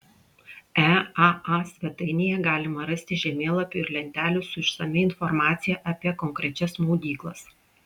eaa svetainėje galima rasti žemėlapių ir lentelių su išsamia informacija apie konkrečias maudyklas